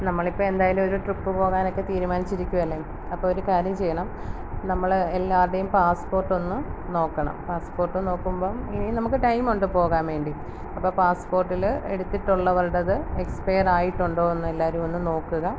നമ്മളിപ്പം എന്തായാലും ഒരു ട്രിപ്പ് പോകാനക്കെ തീര്മാനിച്ചിരിക്കുവല്ലേ അപ്പോൾ ഒരു കാര്യം ചെയ്യണം നമ്മൾ എല്ലാവരുടെയും പാസ്പ്പോട്ടൊന്ന് നോക്കണം പാസ്പ്പോട്ട് നോക്കുമ്പം ഇനിയും നമുക്ക് ടൈമുണ്ട് പോകാൻ വേണ്ടി അപ്പോൾ പാസ്പ്പോർട്ടിൽ എടുത്തിട്ടുള്ളവരുടെത് എക്സ്പെയറായിട്ടുണ്ടോന്ന് എല്ലാവരും ഒന്ന് നോക്കുക